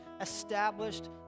established